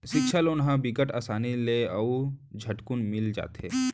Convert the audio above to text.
सिक्छा लोन ह बिकट असानी ले अउ झटकुन मिल जाथे